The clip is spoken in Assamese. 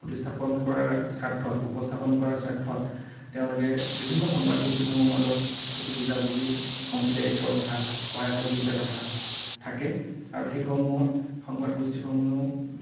প্ৰতিস্থাপন কৰাৰ স্বাৰ্থত উপস্থাপন কৰাৰ স্বাৰ্থত তেওঁলোকে বিভিন্ন সংবাদ গোষ্ঠীসমূহৰ মাজত কিছু বুজাবুজি অংশীদাৰিত্বৰ কথা সহায় সহযোগিতাৰ কথা থাকে আৰু সেইসমূহত সংবাদ গোষ্ঠীসমূহেও